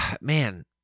man